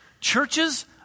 churches